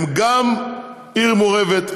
זו גם עיר מעורבת,